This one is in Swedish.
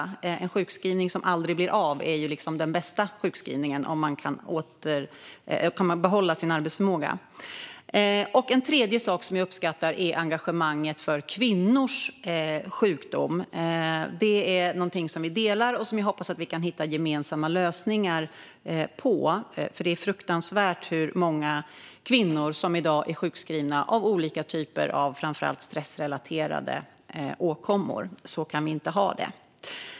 Den sjukskrivning som aldrig blir av, om man kan behålla sin arbetsförmåga, är den bästa sjukskrivningen. En tredje sak jag uppskattar är engagemanget för kvinnors sjukdom. Det är någonting som vi delar, och där hoppas jag att vi kan hitta gemensamma lösningar. Det är fruktansvärt hur många kvinnor som i dag är sjukskrivna på grund av olika typer av framför allt stressrelaterade åkommor. Så kan vi inte ha det.